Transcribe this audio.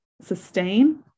sustain